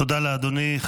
תודה לאדוני.